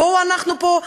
בואו אנחנו פה,